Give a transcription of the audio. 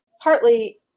partly